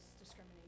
discrimination